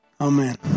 Amen